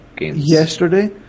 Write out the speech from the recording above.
yesterday